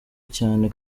cyane